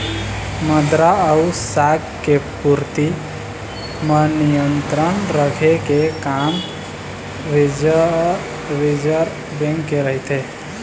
मद्रा अउ शाख के पूरति म नियंत्रन रखे के काम रिर्जव बेंक के रहिथे